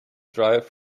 drive